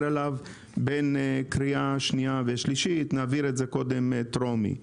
עליו בין קריאה שנייה ושלישית; נעביר את זה קודם טרומי.